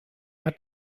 hat